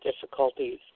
difficulties